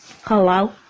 Hello